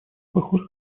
похоже